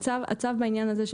הצו בעניין הזה,